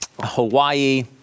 Hawaii